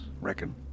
Reckon